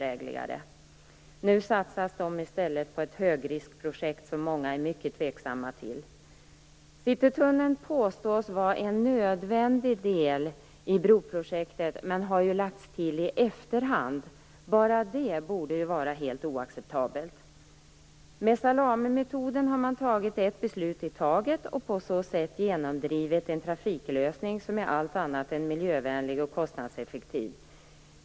Nu satsas de i stället på ett högriskprojekt som många är mycket tveksamma till. Citytunneln påstås vara en nödvändig del i broprojektet, men har ju lagts till i efterhand. Bara detta borde ju vara helt oacceptabelt. Med salamimetoden har man fattat ett beslut i taget och på så sätt genomdrivit en trafiklösning som är allt annat än miljövänlig och kostnadseffektiv.